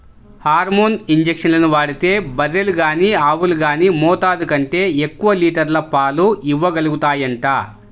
hormone ఇంజక్షన్లు వాడితే బర్రెలు గానీ ఆవులు గానీ మోతాదు కంటే ఎక్కువ లీటర్ల పాలు ఇవ్వగలుగుతాయంట